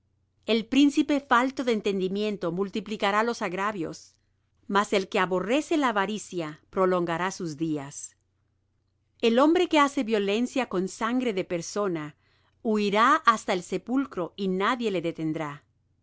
el príncipe falto de entendimiento multiplicará los agravios mas el que aborrece la avaricia prolongará sus días el hombre que hace violencia con sangre de persona huirá hasta el sepulcro y nadie le detendrá el